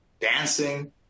dancing